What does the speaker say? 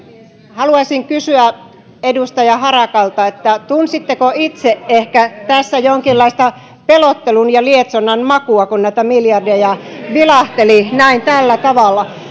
haluaisin kysyä edustaja harakalta että tunsitteko ehkä itse tässä jonkinlaista pelottelun ja lietsonnan makua kun näitä miljardeja vilahteli tällä tavalla